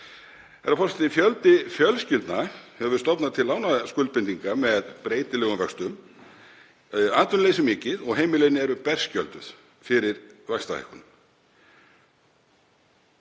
Herra forseti. Fjöldi fjölskyldna hefur stofnað til lánaskuldbindinga með breytilegum vöxtum, atvinnuleysi er mikið og heimilin eru berskjölduð fyrir vaxtahækkunum.